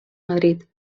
madrid